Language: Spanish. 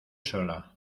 sola